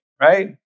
right